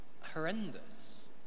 horrendous